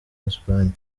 espanye